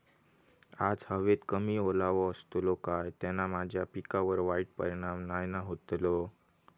आज हवेत कमी ओलावो असतलो काय त्याना माझ्या पिकावर वाईट परिणाम नाय ना व्हतलो?